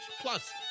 Plus